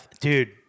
dude